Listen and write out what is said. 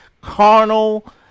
carnal